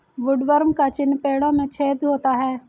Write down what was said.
woodworm का चिन्ह पेड़ों में छेद होता है